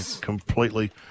completely